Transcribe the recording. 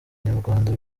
nyarwanda